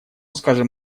скажем